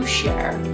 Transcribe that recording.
share